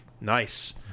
nice